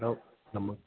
എടാ നമ്മൾ